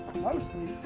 mostly